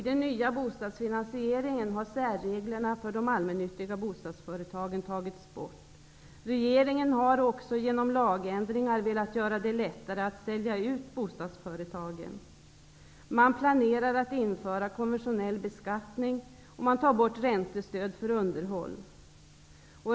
Den nya bostadsfinansieringen innebär att sär reglerna för de allmännyttiga bostadsföretagen tagits bort. Regeringen har också genom lagänd ringar velat göra det lättare att sälja ut bostads företagen. Man planerar att införa konventionell beskattning, och man tar bort räntestöd för un derhåll.